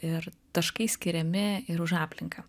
ir taškai skiriami ir už aplinką